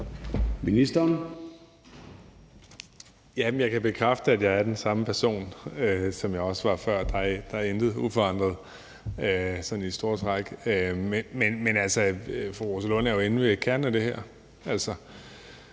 Bek): Jeg kan bekræfte, at jeg er den samme person, som jeg var før. Der er intet forandret, sådan i store træk. Men fru Rosa Lund er jo inde ved kernen af det her.